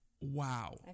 Wow